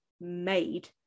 made